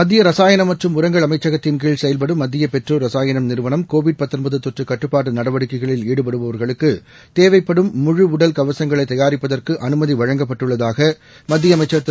மத்தியரசாயணம் மற்றும் உரங்கள் அமைச்சகத்தின் கீழ் செயல்படும் மத்தியபெட்ரோரசாயணம் நிறுவனம் கோவிட் தொற்றுகட்டுப்பாட்டுநடவடிக்கைகளில் ஈடுபடுபவர்களுக்குத் தேவைப்படும் முழு உடல் கவசங்களைத் தயாரிப்பதற்கு அனுமதிவழங்கப்பட்டுள்ளதாக அமைச்சர் திரு